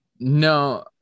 No